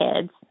kids